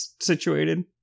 situated